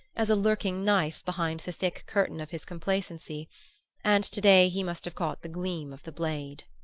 as a lurking knife behind the thick curtain of his complacency and to-day he must have caught the gleam of the blade.